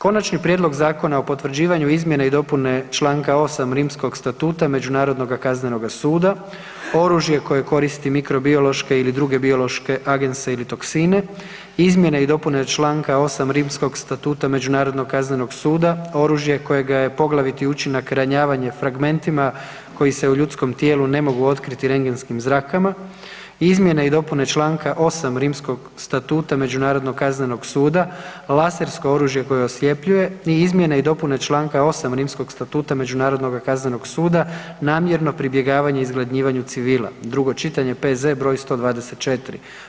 Konačni prijedlog Zakona o potvrđivanju izmjene i dopune čl. 8. Rimskog statua Međunarodnog kaznenoga suda, oružje koristi mikrobiološke ili druge biološke agense ili toksine, izmjene i dopune čl. 8. Rimskog statua Međunarodnog kaznenoga suda, oružje kojega je poglaviti učinak ranjavanja fragmentima koji se u ljudskom tijelu ne mogu otkriti regentskim zrakama, izmjene i dopune čl. 8. Rimskog statua Međunarodnog kaznenoga suda, lasersko oružje koje osljepljuje i izmjene i dopune čl. 8. Rimskog statua Međunarodnog kaznenoga suda, namjerno pribjegavanje izgladnjivanju civila, drugo čitanje, P.Z. br. 124.